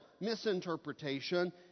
misinterpretation